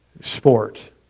sport